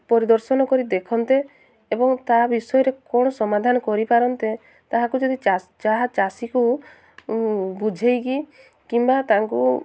ପରିଦର୍ଶନ କରି ଦେଖନ୍ତେ ଏବଂ ତା ବିଷୟରେ କ'ଣ ସମାଧାନ କରିପାରନ୍ତେ ତାହାକୁ ଯଦି ଚାହା ଚାଷୀକୁ ବୁଝାଇକି କିମ୍ବା ତାଙ୍କୁ